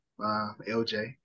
LJ